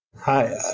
Hi